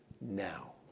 now